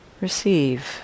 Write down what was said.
Receive